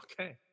okay